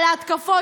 על ההתקפות,